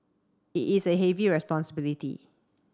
it is a heavy responsibility